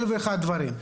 ואלף ואחד דברים.